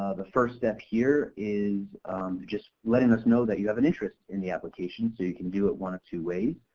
the first step here is just letting us know that you have an interest in the application, so you can do it one of two ways.